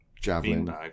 Javelin